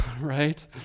right